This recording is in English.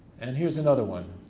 and here's another one.